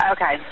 Okay